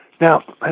Now